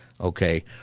Okay